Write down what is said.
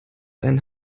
einen